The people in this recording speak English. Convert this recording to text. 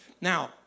Now